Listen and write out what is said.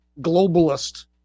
globalist